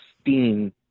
Steam